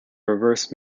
reverse